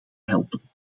helpen